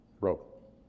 wrote